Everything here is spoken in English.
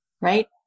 right